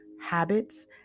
habits